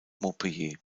montpellier